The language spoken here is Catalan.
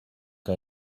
que